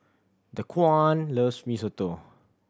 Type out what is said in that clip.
Daquan loves Mee Soto